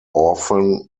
orphan